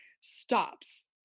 stops